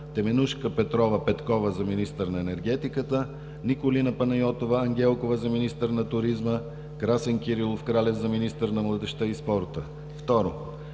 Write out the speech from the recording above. Теменужка Петрова Петкова – за министър на енергетиката, - Николина Панайотова Ангелкова – за министър на туризма, - Красен Кирилов Кралев – за министър на младежта и спорта. 2.